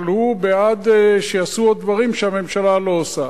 אבל הוא בעד שיעשו עוד דברים שהממשלה לא עושה.